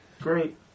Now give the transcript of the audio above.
Great